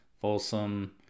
Folsom